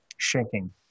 Shaking